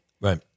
Right